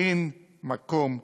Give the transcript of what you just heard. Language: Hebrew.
אין מקום לממשלה,